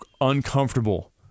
uncomfortable